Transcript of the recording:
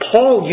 Paul